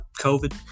COVID